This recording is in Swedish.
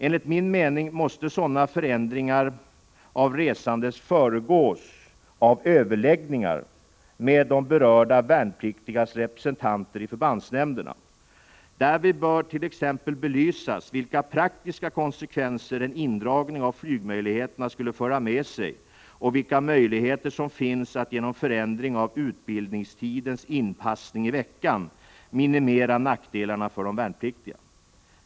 Enligt min mening måste sådana förändringar av resandet föregås av överläggningar med de berörda värnpliktigas representanter i förbandsnämnderna. Därvid bör t.ex. belysas vilka praktiska konsekvenser en indragning av flygmöjligheterna skulle föra med sig och vilka möjligheter som finns att genom förändring av utbildningstidens inpassning i veckan minimera nackdelarna för de värnpliktiga.